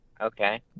Okay